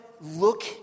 look